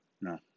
No